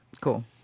Cool